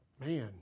man